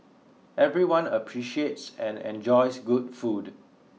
everyone appreciates and enjoys good food